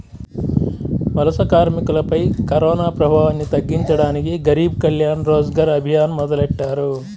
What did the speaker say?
వలస కార్మికులపై కరోనాప్రభావాన్ని తగ్గించడానికి గరీబ్ కళ్యాణ్ రోజ్గర్ అభియాన్ మొదలెట్టారు